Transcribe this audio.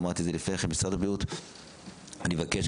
משרד הבריאות אני מבקש,